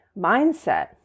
mindset